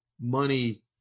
money